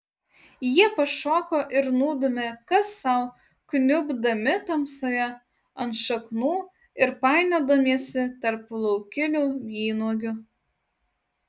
jie pašoko ir nudūmė kas sau kniubdami tamsoje ant šaknų ir painiodamiesi tarp laukinių vynuogių